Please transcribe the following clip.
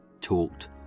talked